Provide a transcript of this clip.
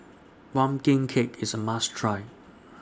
Pumpkin Cake IS A must Try